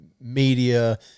media